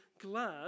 glad